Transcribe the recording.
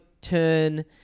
turn